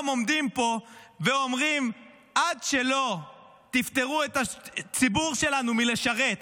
עומדים פה ואומרים: עד שלא תפטרו את הציבור שלנו מלשרת,